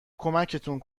کمکتون